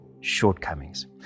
shortcomings